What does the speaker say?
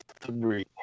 three